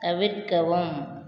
தவிர்க்கவும்